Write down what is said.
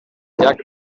llac